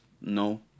no